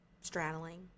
Straddling